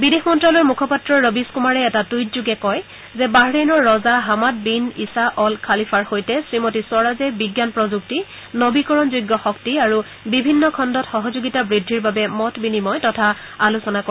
বিদেশ মন্ত্যালয়ৰ মুখপাত্ৰ ৰবিশকুমাৰে এটা টুইটযোগে কয় যে বাহৰেইনৰ ৰজা হামাদ বিন ইছা অল খালিফাৰ সৈতে শ্ৰীমতী স্বৰাজে বিজ্ঞান প্ৰযুক্তি নবীকৰণ যোগ্য শক্তি আৰু বিভিন্ন খণ্ডত সহযোগিতা বৃদ্ধিৰ বাবে মত বিনিময় তথা আলোচনা কৰে